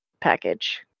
package